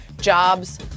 jobs